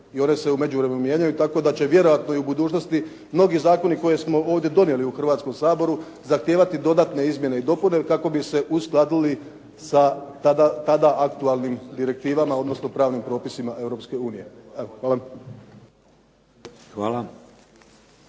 i one se u međuvremenu mijenjaju tako da će vjerojatno u budućnosti mnogi zakoni koje smo ovdje donijeli u Hrvatskom saboru zahtijevati dodatne izmjene i dopune kako bi se uskladili do tada sa aktualnim direktivama odnosno pravnim propisima Europske unije. Hvala.